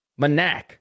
Manak